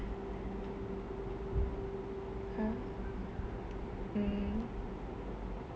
mm